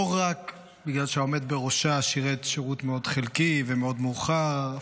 לא רק בגלל שהעומד בראשה שירת שירות מאוד חלקי ומאוד מאוחר,